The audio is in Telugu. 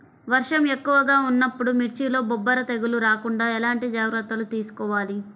వర్షం ఎక్కువగా ఉన్నప్పుడు మిర్చిలో బొబ్బర తెగులు రాకుండా ఎలాంటి జాగ్రత్తలు తీసుకోవాలి?